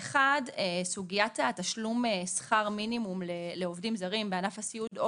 1. סוגית תשלום שכר מינימום לעובדים זרים בענף הסיעוד או